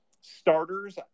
starters